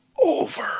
over